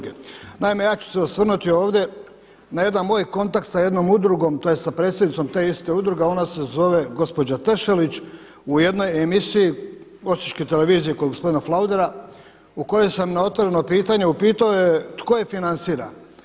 Naime, ja ću se osvrnuti ovdje na jedan moj kontakt sa jednom udrugom tj. sa predsjednicom te iste udruge, a ona se zove gospođa Tešelić u jednoj emisiji Osječke televizije kod gospodina Flaudera u kojoj sam na otvoreno pitanje upitao je tko je financira.